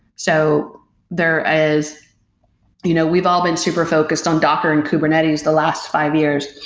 so there is you know we've all been super focused on docker and kubernetes the last five years.